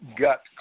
gut